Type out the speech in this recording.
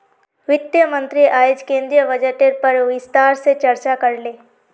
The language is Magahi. वित्त मंत्री अयेज केंद्रीय बजटेर पर विस्तार से चर्चा करले